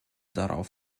darauf